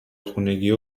خونگیه